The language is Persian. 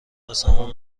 واسمون